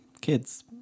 kids